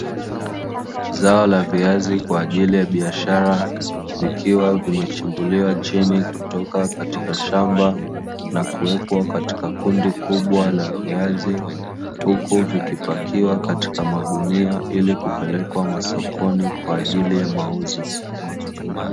Zao la viazi kwa ajili ya biashara, vikiwa vimechimbuliwa chini kutoka kwenye shamba na kuwekwa katika kundi kubwa la viazi, huku likipakiwa katika magunia kwa ajili ya mauzo.